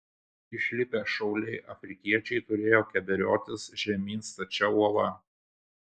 išlipę šauliai afrikiečiai turėjo keberiotis žemyn stačia uola